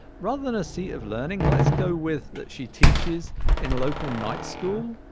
rather than a seat of learning, let's go with that she teaches in a local night school,